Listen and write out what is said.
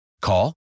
Call